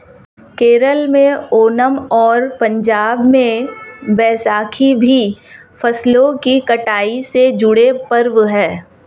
केरल में ओनम और पंजाब में बैसाखी भी फसलों की कटाई से जुड़े पर्व हैं